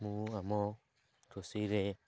ମୁଁ ଆମ ଖୁସିରେ